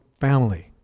family